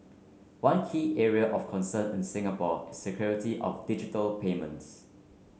one key area of concern in Singapore is security of digital payments